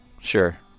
Sure